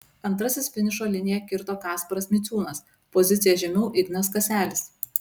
antrasis finišo liniją kirto kasparas miciūnas pozicija žemiau ignas kaselis